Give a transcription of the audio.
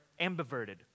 ambiverted